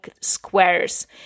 squares